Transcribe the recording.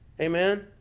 Amen